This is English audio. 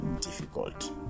difficult